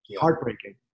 Heartbreaking